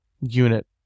unit